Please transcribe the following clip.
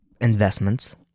investments